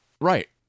right